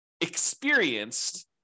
experienced